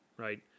Right